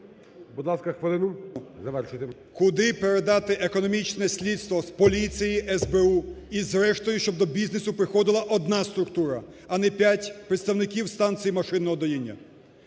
Будь ласка, хвилину. Завершуйте. ЛУЦЕНКО Ю.В. Куди передати економічне слідство з поліції, СБУ. І, зрештою, щоб до бізнесу приходила одна структура, а не 5 представників станції машинного доїння.